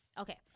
Okay